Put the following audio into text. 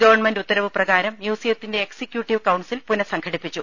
government ഉത്തരവ് പ്രകാരം മ്യൂസിയത്തിന്റെ എക്സിക്യൂട്ടീവ് കൌൺസിൽ പുനഃസംഘടിപ്പിച്ചു